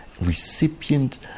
recipient